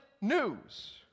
news